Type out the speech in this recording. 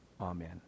Amen